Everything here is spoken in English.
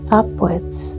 upwards